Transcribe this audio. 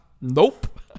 nope